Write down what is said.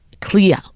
clear